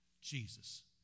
Jesus